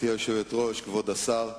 כבוד השר הרצוג,